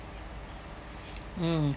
mm